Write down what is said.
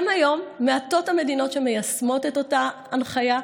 גם היום מעטות המדינות שמיישמות את אותה הנחיה,